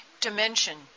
dimension